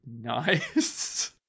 Nice